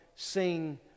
Sing